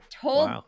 told